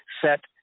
Set